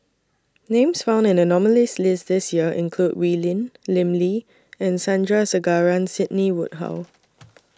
Names found in The nominees' list This Year include Wee Lin Lim Lee and Sandrasegaran Sidney Woodhull